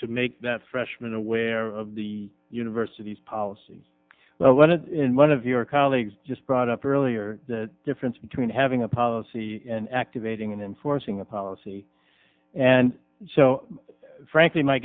to make that freshman aware of the university's policies when it in one of your colleagues just brought up earlier the difference between having a policy and activating and enforcing the policy and so frankly my